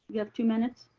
you have two minutes.